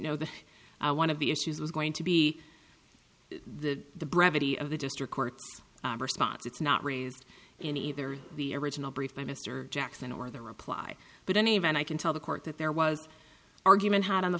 that i want to be issues was going to be the brevity of the district court spots it's not raised in either the original brief by mr jackson or the reply but any event i can tell the court that there was argument had on the